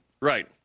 Right